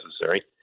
necessary